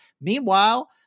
Meanwhile